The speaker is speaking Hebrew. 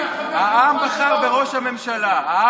העם בחר בראש הממשלה.